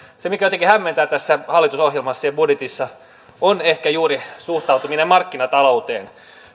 se mikä jotenkin hämmentää tässä hallitusohjelmassa ja budjetissa on ehkä juuri suhtautuminen markkinatalouteen